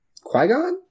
Qui-Gon